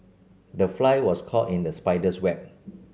the fly was caught in the spider's web